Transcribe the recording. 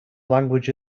language